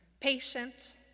Patient